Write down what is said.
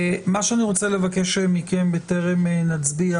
מה שאני רוצה לבקש מכם בטרם נצביע,